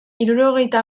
hirurogeita